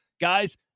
Guys